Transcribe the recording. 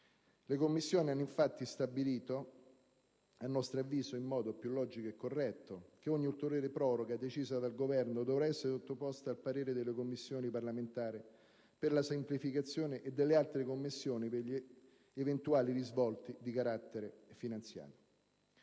Le Commissioni hanno infatti stabilito, a nostro avviso in modo più logico e corretto, che ogni ulteriore proroga decisa dal Governo dovrà essere sottoposta al parere della Commissione parlamentare per la semplificazione e delle altre Commissioni per gli eventuali risvolti di carattere finanziario.